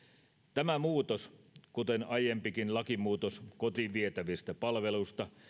tämä muutos kuten aiempikin lakimuutos kotiin vietävistä palveluista